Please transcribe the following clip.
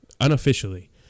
Unofficially